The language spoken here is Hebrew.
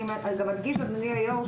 אדוני היו"ר,